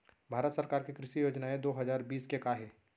भारत सरकार के कृषि योजनाएं दो हजार बीस के का हे?